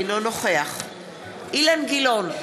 אינו נוכח אילן גילאון,